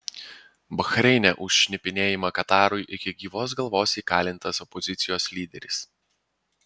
bahreine už šnipinėjimą katarui iki gyvos galvos įkalintas opozicijos lyderis